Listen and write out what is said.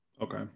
okay